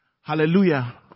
Hallelujah